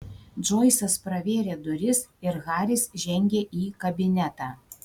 džoisas pravėrė duris ir haris žengė į kabinetą